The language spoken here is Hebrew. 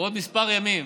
בעוד כמה ימים